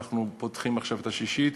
ואנחנו פותחים עכשיו את השישית.